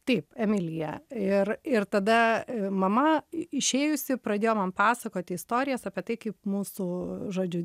taip emiliją ir ir tada mama išėjusi pradėjo man pasakoti istorijas apie tai kaip mūsų žodžiu